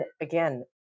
again